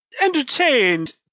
entertained